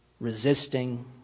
resisting